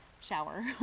shower